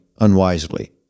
unwisely